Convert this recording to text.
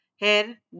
hair